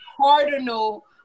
cardinal